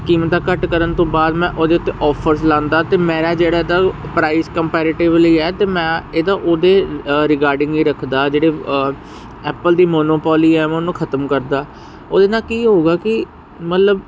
ਕੀਮਤਾਂ ਘੱਟ ਕਰਨ ਤੋਂ ਬਾਅਦ ਮੈਂ ਉਹਦੇ ਉੱਤੇ ਆਫਰਸ ਲਿਆਉਂਦਾ ਤੇ ਮੇਰਾ ਜਿਹੜਾ ਪ੍ਰਾਈਸ ਕੰਪੈਰਟਿਵਲੀ ਹੈ ਤੇ ਮੈਂ ਇਹਦਾ ਉਹਦੇ ਰਿਕਾਰਡਿੰਗ ਹੀ ਰੱਖਦਾ ਜਿਹੜੇ ਐਪਲ ਦੀ ਮੋਨੋਪੋਲੀ ਐ ਉਹਨੂੰ ਖਤਮ ਕਰਦਾ ਉਹਦੇ ਨਾਲ ਕੀ ਹੋਊਗਾ ਕਿ ਮਤਲਬ